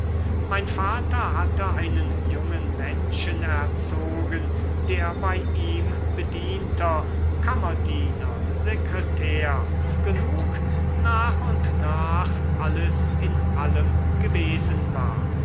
mein vater hatte einen jungen menschen erzogen der bei ihm bedienter kammerdiener sekretär genug nach und nach alles in allem gewesen war